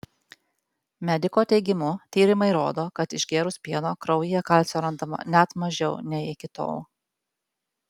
mediko teigimu tyrimai rodo kad išgėrus pieno kraujyje kalcio randama net mažiau nei iki tol